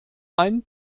ein